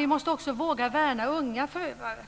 Vi måste också våga värna unga förövare.